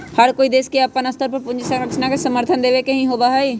हर कोई देश के अपन स्तर पर पूंजी संरचना के समर्थन देवे के ही होबा हई